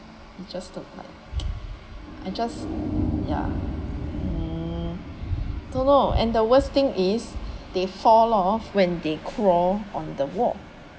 I just don't like I just ya mm don't know and the worst thing is they fall off when they crawl on the wall